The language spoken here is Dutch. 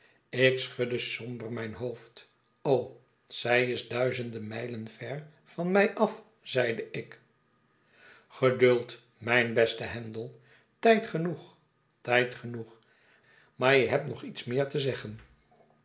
ik schudde somber mijn hoofd zij is duizenden mijlen ver van mij af zeide ik vgeduld mijn beste handel tijd genoeg tijd genoeg maar je hebt nog iets meer te zeggen